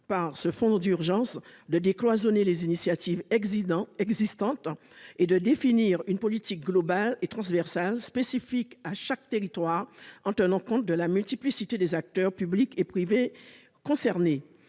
par le fonds d'urgence visé, de décloisonner les initiatives existantes et de définir une politique globale et transversale, spécifique à chaque territoire, en tenant compte de la multiplicité des acteurs publics et privés concernés.